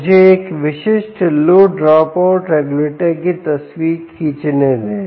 मुझे एक विशिष्ट लो ड्रॉपआउट रेगुलेटर की तस्वीर खींचने दें